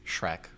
Shrek